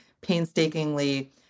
painstakingly